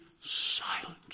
silent